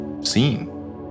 seen